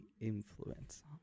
influence